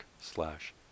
slash